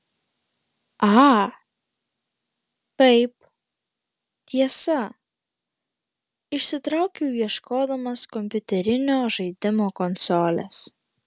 a taip tiesa išsitraukiau ieškodamas kompiuterinio žaidimo konsolės